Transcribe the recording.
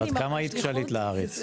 בת כמה היית כשעלית לארץ?